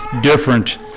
different